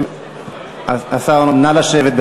נא לשבת.